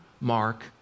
Mark